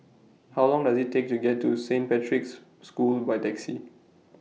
How Long Does IT Take to get to Saint Patrick's School By Taxi